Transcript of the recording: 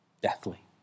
deathly